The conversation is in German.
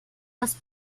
das